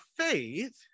faith